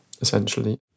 essentially